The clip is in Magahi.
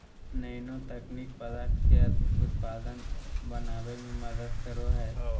नैनो तकनीक पदार्थ के अधिक उत्पादक बनावय में मदद करो हइ